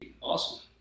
awesome